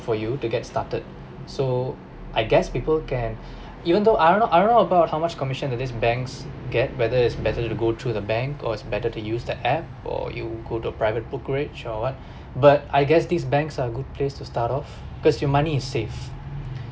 for you to get started so I guess people can even though I don't know I don't know about how much commission do these banks get whether it's better to go through the bank or it's better to use the app or you go to a private brokerage or what but I guess these banks are a good place to start off because your money is safe